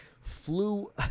flew